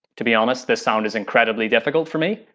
to be honest, this sound is incredibly difficult for me,